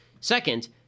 Second